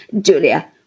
Julia